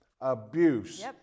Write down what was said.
Abuse